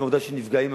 אז עצם העובדה שנפגעים,